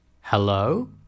hello